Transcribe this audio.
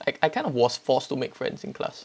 I I kind of was forced to make friends in class